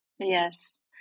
Yes